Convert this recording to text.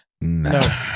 No